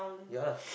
ya lah